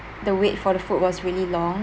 the wait for the food was really long